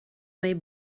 may